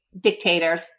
dictators